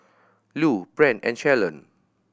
Lue Brent and Shalon